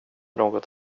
något